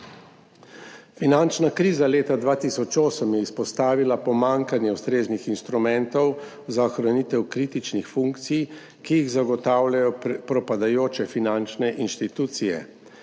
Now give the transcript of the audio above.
Finančna kriza leta 2008 je izpostavila pomanjkanje ustreznih instrumentov za ohranitev kritičnih funkcij, ki jih zagotavljajo propadajoče finančne institucije.